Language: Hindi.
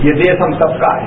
ये देश हम सबका है